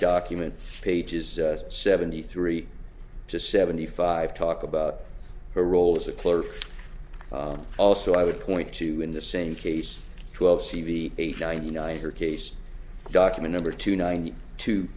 document pages seventy three to seventy five talk about her role as a clerk also i would point to in the same case twelve c v eight ninety nine her case document over two ninety two